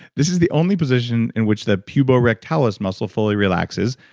this is the only position in which the puborectalis muscle fully relaxes.